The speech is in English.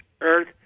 Earth